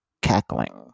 cackling